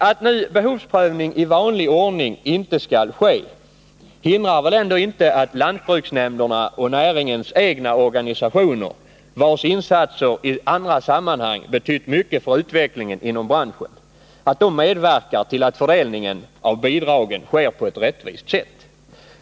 Att nu behovsprövning i vanlig ordning inte skall ske hindrar väl ändå inte att lantbruksnämnderna och näringens egna organisationer, vilkas insatser i andra sammanhang betytt mycket för utvecklingen inom branschen, medverkar till att fördelningen av bidragen sker på ett rättvist sätt.